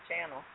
channel